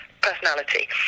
personality